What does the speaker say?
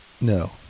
No